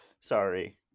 Sorry